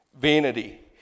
vanity